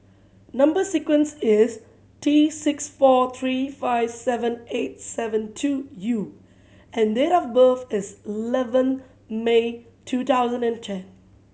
number sequence is T six four three five seven eight seven two U and date of birth is eleven May two thousand and ten